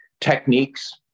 techniques